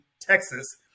Texas